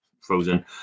frozen